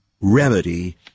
remedy